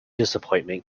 disappointment